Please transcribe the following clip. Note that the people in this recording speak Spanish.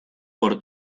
por